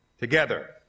together